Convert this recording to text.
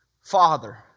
Father